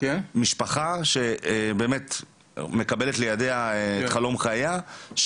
משפחה שמקבלת לידיה את חלום חייה,